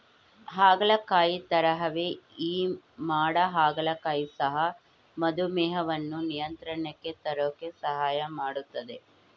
ಹಾಗಲಕಾಯಿ ತರಹವೇ ಈ ಮಾಡ ಹಾಗಲಕಾಯಿ ಸಹ ಮಧುಮೇಹವನ್ನು ನಿಯಂತ್ರಣಕ್ಕೆ ತರೋಕೆ ಸಹಾಯ ಮಾಡ್ತದೆ